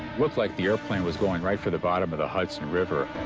looked like the airplane was going right for the bottom of the hudson river.